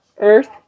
Earth